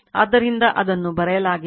ಆದ್ದರಿಂದ ಅದನ್ನು ಬರೆಯಲಾಗಿದೆ